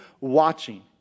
watching